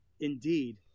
Indeed